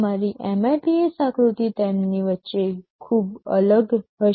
તમારી MIPS આકૃતિ તેમની વચ્ચે ખૂબ અલગ હશે